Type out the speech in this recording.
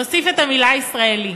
נוסיף את המילה ישראלי.